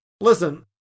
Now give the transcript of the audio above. listen